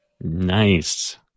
Nice